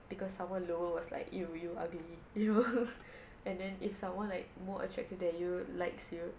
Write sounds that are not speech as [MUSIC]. because someone lower was like you you ugly you know [LAUGHS] and then if someone like more attractive than you likes you